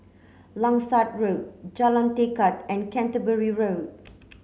Langsat Road Jalan Tekad and Canterbury Road